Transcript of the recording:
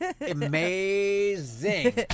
Amazing